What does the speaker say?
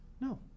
No